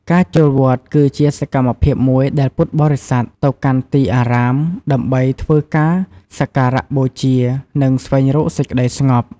ការចូលវត្ត គឺជាសកម្មភាពមួយដែលពុទ្ធបរិស័ទទៅកាន់ទីអារាម ដើម្បីធ្វើការសក្ការបូជា និងស្វែងរកសេចក្ដីស្ងប់។